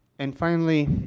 and, finally,